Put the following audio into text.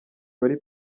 wari